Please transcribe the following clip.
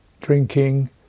drinking